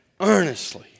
earnestly